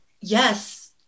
Yes